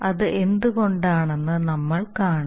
അത് എന്തുകൊണ്ടാണെന്ന് നമ്മൾകാണും